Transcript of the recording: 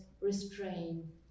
restrain